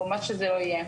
או מה שזה לא יהיה.